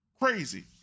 Crazy